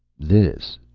this,